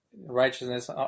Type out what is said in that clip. righteousness